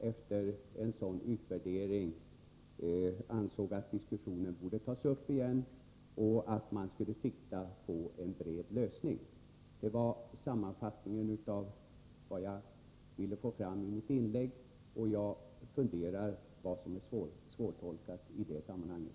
Efter en utvärdering borde diskussionen tas upp igen med sikte på en bred lösning. Det är sammanfattningen av vad jag ville få fram i mitt inlägg. Jag undrar vad som är så svårtolkat i det sammanhanget.